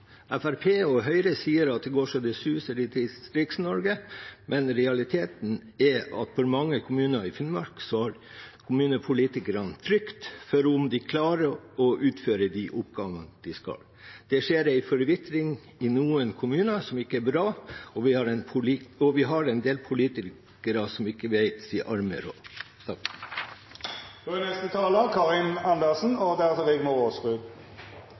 og Høyre sier at det går så det suser i Distrikts-Norge, men realiteten er at i mange av kommunene i Finnmark har kommunepolitikerne frykt for om de skal klare å utføre de oppgavene de skal. Det skjer en forvitring i noen kommuner som ikke er bra, og vi har en del politikere som ikke vet sin arme råd. Representanten Karin Andersen har